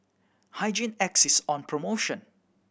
Hygin X is on promotion